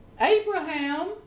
Abraham